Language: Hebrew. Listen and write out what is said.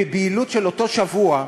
בבהילות של אותו שבוע,